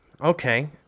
Okay